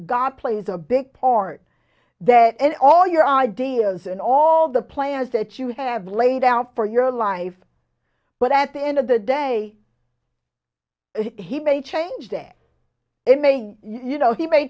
god plays a big part that and all your ideas and all the plans that you have laid out for your life but at the end of the day he may change day in may you know he may